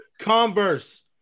Converse